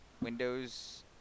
Windows